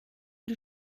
die